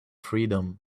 freedom